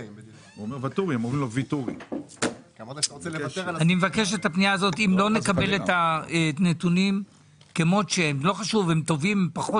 אם לא נקבל את הנתונים כמות שהם לא חשוב אם הם טובים או פחות